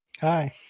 hi